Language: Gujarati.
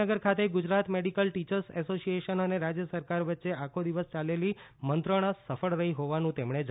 ગાંધીનગર ખાતે ગુજરાત મેડિકલ ટીયર્સ એસોસીએશન અને રાજ્ય સરકાર વચ્ચે આખો દિવસ યાલેલી મંત્રણા સફળ રહી હોવાનું તેમણે જણાવ્યુ છે